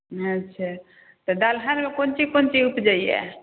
अच्छा तऽ दलहनमे कोन चीज कोन चीज ऊपजैया